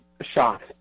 shock